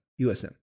USM